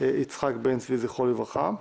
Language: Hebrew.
יצחק בן צבי, זכרו לברכה.